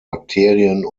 bakterien